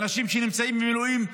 אנשים נמצאים במילואים,